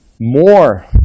more